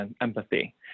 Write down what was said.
empathy